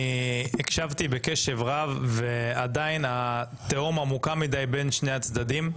הקשבתי בקשב רב ואני עדיין רואה שהתהום עמוקה מידי בין שני הצדדים.